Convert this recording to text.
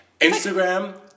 Instagram